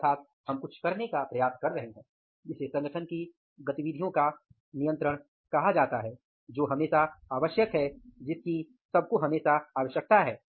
अर्थात हम कुछ करने का प्रयास कर रहे हैं जिसे संगठन की गतिविधियों का नियंत्रण कहा जाता है जो हमेशा आवश्यक है जिसकी सबको हमेशा आवश्यकता है